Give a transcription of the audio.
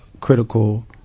critical